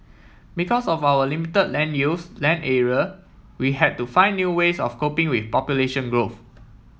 because of our limited land use land area we had to find new ways of coping with population growth